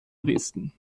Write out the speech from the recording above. dresden